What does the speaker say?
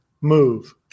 move